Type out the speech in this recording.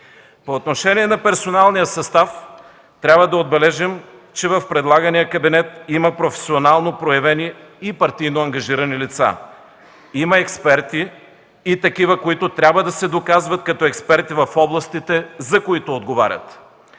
По отношение на персоналния състав, трябва да отбележим, че в предлагания кабинет има персонално проявени и партийно ангажирани лица. Има експерти и такива, които трябва да се доказват като експерти в областите, за които отговарят.